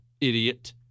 idiot